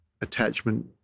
attachment